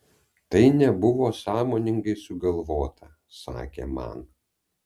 tai nebuvo sąmoningai sugalvota sakė man